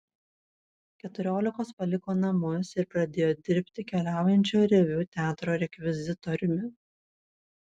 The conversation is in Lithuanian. keturiolikos paliko namus ir pradėjo dirbti keliaujančio reviu teatro rekvizitoriumi